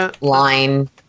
line